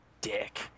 Dick